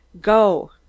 go